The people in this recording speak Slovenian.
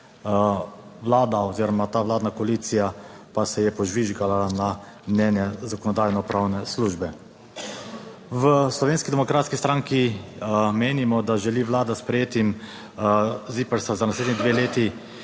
Vlada oziroma ta vladna koalicija pa se je požvižgala na mnenje Zakonodajno-pravne službe. V Slovenski demokratski stranki menimo, da želi Vlada s sprejetjem ZIPRS za naslednji dve leti,